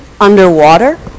underwater